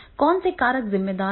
कौन से कारक जिम्मेदार हैं